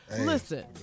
listen